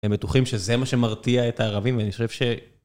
הם בטוחים שזה מה שמרתיע את הערבים, ואני חושב ש...